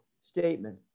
statement